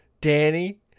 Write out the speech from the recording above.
danny